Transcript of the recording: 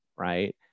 right